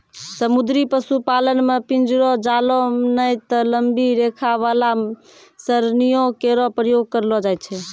समुद्री पशुपालन म पिंजरो, जालों नै त लंबी रेखा वाला सरणियों केरो प्रयोग करलो जाय छै